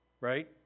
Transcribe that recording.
right